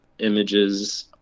Images